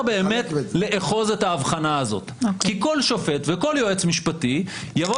באמת לאחוז את ההבחנה הזאת כי כל שופט וכל יועץ משפטי יבוא